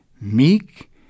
meek